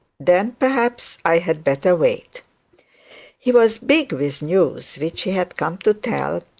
then, perhaps i had better wait he was big with news which he had come to tell,